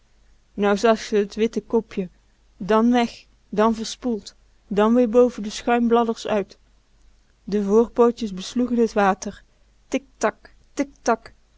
zag ze t witte kopje dan weg dan verspoeld dan weer boven de schuimbladders uit de voorpootjes besloegen t water tik tak tik tak